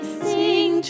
sing